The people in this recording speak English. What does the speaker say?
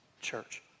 church